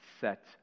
set